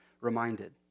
reminded